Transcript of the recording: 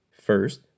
first